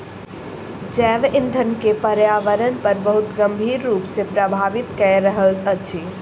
जैव ईंधन के पर्यावरण पर बहुत गंभीर रूप सॅ प्रभावित कय रहल अछि